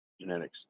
Genetics